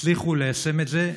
הצליחו ליישם את זה,